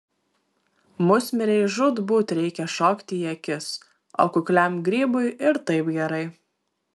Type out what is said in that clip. musmirei žūtbūt reikia šokti į akis o kukliam grybui ir taip gerai